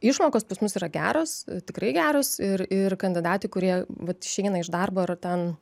išmokos pas mus yra geros tikrai geros ir ir kandidatai kurie vat išeina iš darbo ar ten